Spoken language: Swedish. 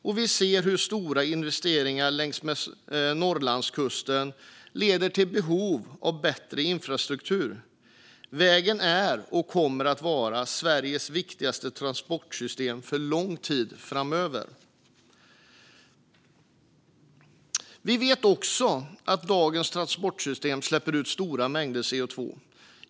Och vi ser hur stora investeringar längs med Norrlandskusten leder till behov av bättre infrastruktur. Vägen är och kommer att vara Sveriges viktigaste transportsystem för lång tid framöver. Vi vet också att dagens transportsystem släpper ut stora mängder CO2.